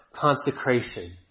consecration